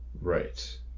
Right